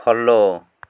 follow